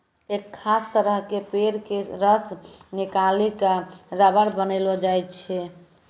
एक खास तरह के पेड़ के रस निकालिकॅ रबर बनैलो जाय छै